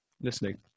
Listening